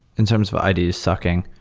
in terms of ides sucking,